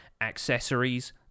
accessories